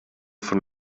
von